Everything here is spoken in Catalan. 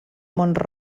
mont